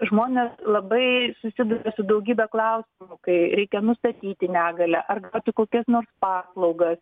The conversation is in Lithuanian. žmonės labai susiduria su daugybe klausimų kai reikia nustatyti negalią ar gauti kokias nors paslaugas